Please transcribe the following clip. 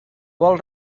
vol